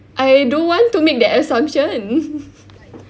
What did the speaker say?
I don't want to make that assumption